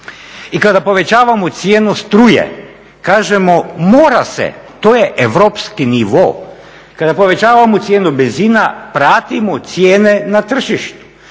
I kada povećavamo cijenu struje kažemo mora se, to je europski nivo. Kada povećavamo cijenu benzina pratimo cijene na tržištu.